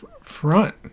front